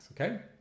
okay